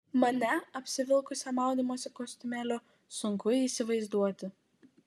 mane apsivilkusią maudymosi kostiumėliu sunku įsivaizduoti